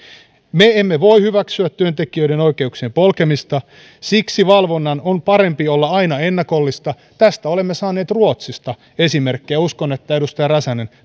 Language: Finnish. me emme voi hyväksyä työntekijöiden oikeuksien polkemista ja siksi valvonnan on parempi olla aina ennakollista tästä olemme saaneet ruotsista esimerkkejä uskon että edustaja räsänen